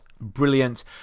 brilliant